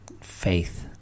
faith